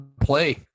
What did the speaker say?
play